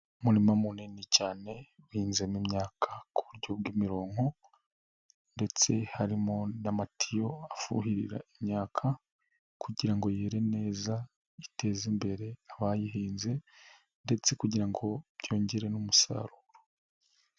Umurima munini cyane uhiinzemo imyaka ku buryo bw'imirongonko, ndetse harimo n'amatiyo afuhirira imyaka kugira ngo yere neza iteze imbere abayihinze, ndetse kugira ngo byongere n'umusaruro.